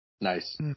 Nice